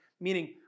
meaning